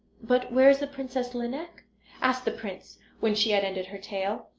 but where is the princess lineik asked the prince when she had ended her tale.